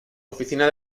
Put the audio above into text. oficina